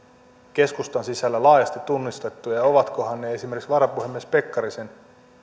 keskustan sisällä laajasti tunnistetut ja ovatkohan ne esimerkiksi varapuhemies pekkarisen